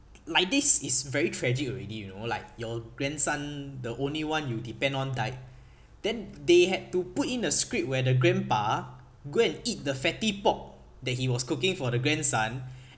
like this is very tragic already you know like your grandson the only one you depend on died then they had to put in a script where the grandpa go and eat the fatty pork that he was cooking for the grandson